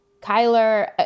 Kyler